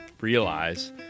realize